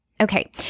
Okay